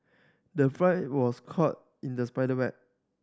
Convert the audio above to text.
the fly was caught in the spider web